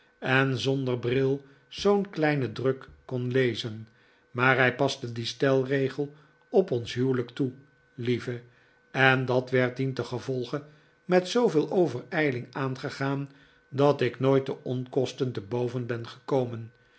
en zonder bril zoo'n kleinen druk kon lezen maar hij paste dien stelregel op ons huwelijk toe lieve en dat werd dientengevolge met zooveel overijling aangegaan dat ik nooit de onkosten te boven ben gekomen